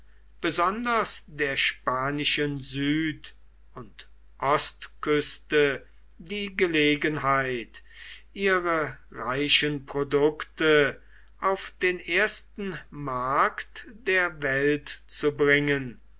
besonders der spanischen süd und ostküste die gelegenheit ihre reichen produkte auf den ersten markt der welt zu bringen